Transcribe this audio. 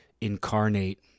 incarnate